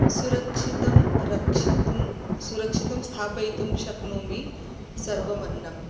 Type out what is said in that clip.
सुरक्षितं रक्षितुं सुरक्षितं स्थापयितुं शक्नोमि सर्वमन्नम्